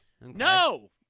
No